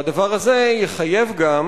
והדבר הזה יחייב גם,